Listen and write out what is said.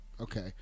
okay